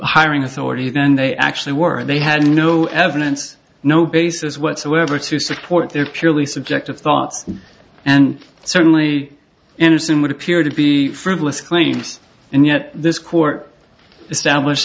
hiring authority than they actually were they had no evidence no basis whatsoever to support their purely subjective thoughts and certainly an assume would appear to be frivolous claims and yet this court establish